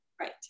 Right